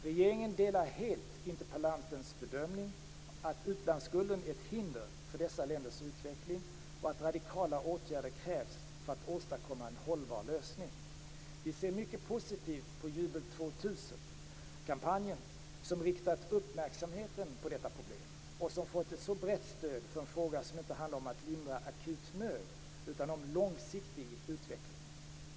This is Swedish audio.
Regeringen delar helt interpellantens bedömning att utlandsskulden är ett hinder för dessa länders utveckling och att radikala åtgärder krävs för att åstadkomma en hållbar lösning. Vi ser mycket positivt på Jubel 2000-kampanjen som riktat uppmärksamheten på detta problem och som fått ett så brett stöd för en fråga som inte handlar om att lindra akut nöd utan om långsiktig utveckling.